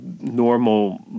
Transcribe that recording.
normal